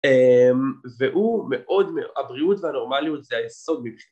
והוא מאוד... הבריאות והנורמליות זה היסוד מבחינתו.